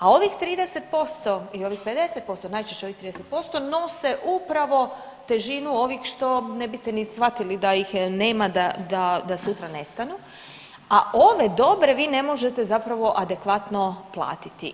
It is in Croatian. A ovih 30% i ovih 50%, najčešće ovih 30% nose upravo težinu ovih što ne biste ni shvatili da ih nema da sutra nestanu, a ove dobre vi ne možete zapravo adekvatno platiti.